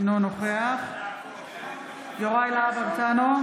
אינו נוכח יוראי להב הרצנו,